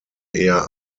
eher